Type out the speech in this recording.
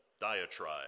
diatribe